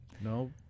No